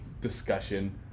discussion